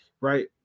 right